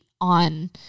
on